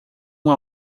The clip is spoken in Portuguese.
uma